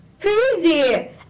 crazy